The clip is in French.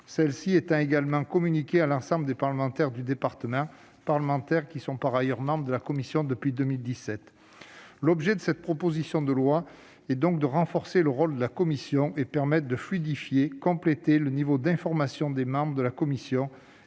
du jour, note également communiquée à l'ensemble des parlementaires du département, lesquels sont d'ailleurs membres de la commission depuis 2017. L'objet de cette proposition de loi est de renforcer le rôle de la commission, de fluidifier et de compléter le niveau d'information des membres de la commission,